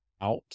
out